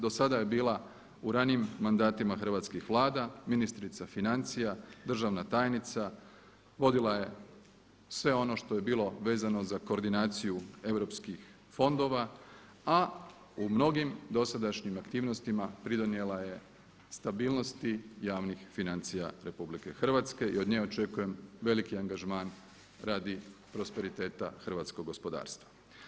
Do sada je bila u ranijim mandatima hrvatskih vlada, ministrica financija, državna tajnica, vodila je sve ono što je bilo vezano za koordinaciju europskih fondova, a u mnogim dosadašnjim aktivnostima pridonijela je stabilnosti javnih financija RH i od nje očekujem veliki angažman radi prosperiteta hrvatskog gospodarstva.